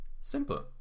Simple